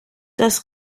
das